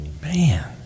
Man